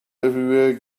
everywhere